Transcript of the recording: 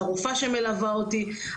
לרופאה שמלווה אותי,